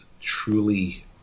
truly